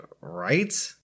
right